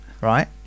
right